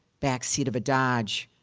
back seat of a dodge,